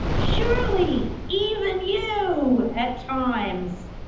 surely, even you, at times,